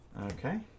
okay